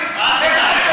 תפסיקי כבר עם ההסתה.